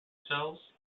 cells